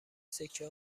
سکه